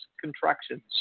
contractions